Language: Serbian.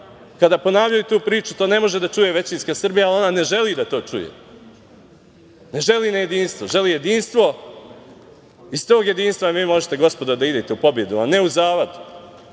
ponavljaju tu priču, to ne može da čuje većinska Srbija, jer ona ne želi da to čuje. Ne želi nejedinstvo. Želi jedinstvo i iz tog jedinstva vi možete, gospodo, da idete u pobedu, a ne u zavad,